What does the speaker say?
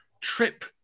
trip